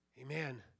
Amen